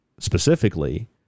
specifically